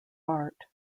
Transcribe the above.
bart